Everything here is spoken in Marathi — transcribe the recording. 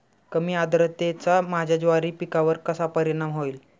कमी आर्द्रतेचा माझ्या ज्वारी पिकावर कसा परिणाम होईल?